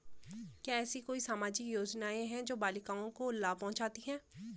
क्या ऐसी कोई सामाजिक योजनाएँ हैं जो बालिकाओं को लाभ पहुँचाती हैं?